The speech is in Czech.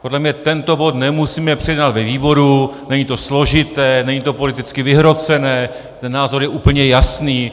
Podle mě tento bod nemusíme předjednávat ve výboru, není to složité, není to politicky vyhrocené, ten názor je úplně jasný.